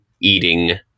eating